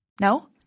No